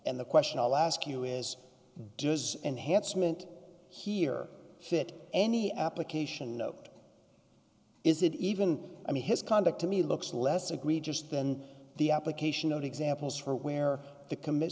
and the question i'll ask you is does enhanced meant here fit any application is it even i mean his conduct to me looks less egregious than the application of examples for where the commi